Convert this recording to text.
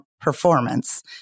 performance